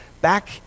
back